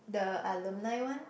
the alumni one